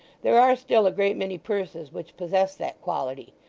there are still a great many purses which possess that quality.